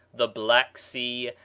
the black sea,